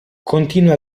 continua